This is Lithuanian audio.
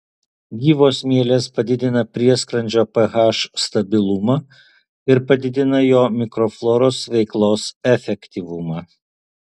gyvos mielės padidina prieskrandžio ph stabilumą ir padidina jo mikrofloros veiklos efektyvumą